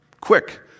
quick